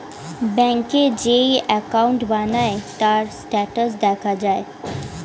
ব্যাংকে যেই অ্যাকাউন্ট বানায়, তার স্ট্যাটাস দেখা যায়